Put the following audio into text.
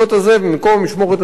ומקום המשמורת הזה צריך,